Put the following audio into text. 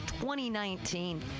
2019